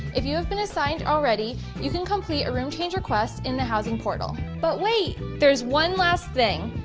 if you have been assigned already you can complete a room change request in the housing portal. but wait, there is one last thing.